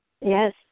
Yes